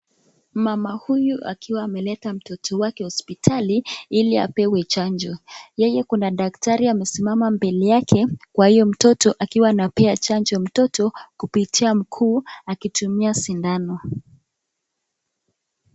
Mama huyu akiwa ameleta mtoto wake hosipitali ili apewe chanjo. Yeye kuna daktari amesimama mbele yake kwa hiyo mtoto akiwa anapea chanjo ya mtoto kupitia mguu akitumia sindano.